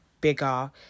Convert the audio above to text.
bigger